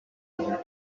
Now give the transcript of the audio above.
other